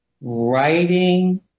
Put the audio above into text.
writing